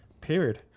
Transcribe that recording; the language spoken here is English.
Period